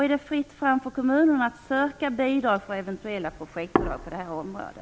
Är det fritt fram för kommunerna att söka bidrag för eventuella projekt på detta område?